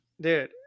dude